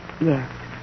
Yes